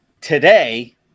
Today